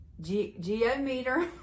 Geometer